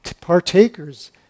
partakers